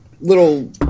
little